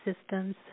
systems